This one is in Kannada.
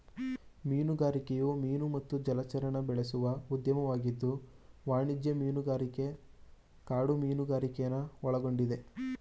ಮೀನುಗಾರಿಕೆಯು ಮೀನು ಮತ್ತು ಜಲಚರ ಬೆಳೆಸುವ ಉದ್ಯಮವಾಗಿದ್ದು ವಾಣಿಜ್ಯ ಮೀನುಗಾರಿಕೆ ಕಾಡು ಮೀನುಗಾರಿಕೆನ ಒಳಗೊಂಡಿದೆ